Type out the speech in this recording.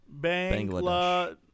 Bangladesh